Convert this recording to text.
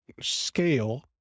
scale